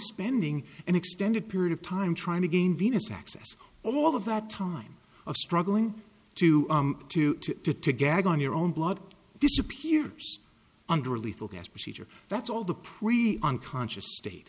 spending an extended period of time trying to gain venous access all of that time of struggling to to to to gag on your own blood disappears under a lethal gas procedure that's all the pre unconscious state